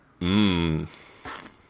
Mmm